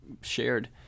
shared